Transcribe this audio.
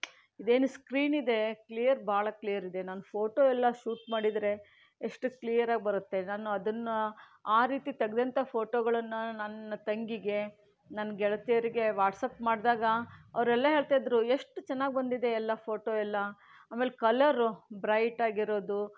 ಇದೇನು ಸ್ಕ್ರೀನ್ ಇದೆ ಕ್ಲಿಯರ್ ಭಾಳ ಕ್ಲಿಯರ್ ಇದೆ ನನ್ನ ಫೋಟೋ ಎಲ್ಲ ಶೂಟ್ ಮಾಡಿದರೆ ಎಷ್ಟು ಕ್ಲಿಯರಾಗಿ ಬರುತ್ತೆ ನಾನು ಅದನ್ನು ಆ ರೀತಿ ತೆಗೆದಂಥ ಫೋಟೋಗಳನ್ನು ನನ್ನ ತಂಗಿಗೆ ನನ್ನ ಗೆಳತಿಯರಿಗೆ ವಾಟ್ಸ್ಯಾಪ್ ಮಾಡಿದಾಗ ಅವರೆಲ್ಲ ಹೇಳ್ತಾಯಿದ್ರು ಎಷ್ಟು ಚೆನ್ನಾಗಿ ಬಂದಿದೆ ಎಲ್ಲ ಫೋಟೋ ಎಲ್ಲ ಆಮೇಲೆ ಕಲ್ಲರು ಬ್ರೈಟ್ ಆಗಿರೋದು